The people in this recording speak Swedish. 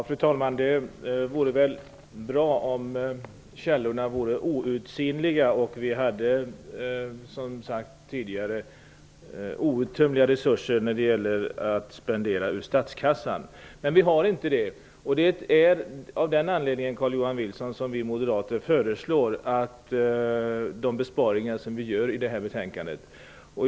Fru talman! Det vore bra om källorna vore outsinliga och om vi hade outtömliga resurser när det gäller att spendera ur statskassan. Men vi har inte det. Det är av den anledningen, Carl-Johan Wilson, som vi moderater föreslår besparingar i våra reservationer i det här betänkandet.